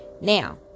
Now